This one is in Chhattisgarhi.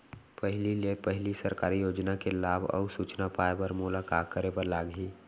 पहिले ले पहिली सरकारी योजना के लाभ अऊ सूचना पाए बर मोला का करे बर लागही?